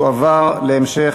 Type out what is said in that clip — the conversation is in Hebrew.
לתיקון פקודת בתי-הסוהר (שיקום לעברייני תנועה),